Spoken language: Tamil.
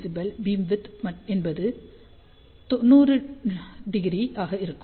பீ பீம்விட்த் என்பது 90° ஆக இருக்கும்